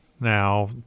Now